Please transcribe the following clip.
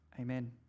amen